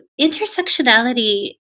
intersectionality